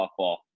softball